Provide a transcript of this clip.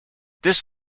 this